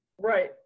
Right